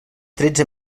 tretze